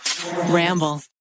Ramble